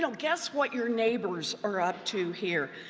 so guess what your neighbors are up to here.